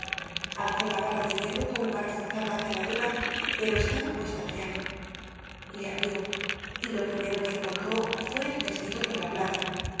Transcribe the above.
alzó la barra de hierro como para forzar la cerradura pero estaba puesta la llave le abrió y lo primero que encontró fue el cestito con la plata